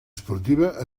esportiva